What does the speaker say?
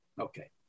Okay